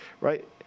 right